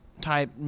type